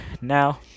Now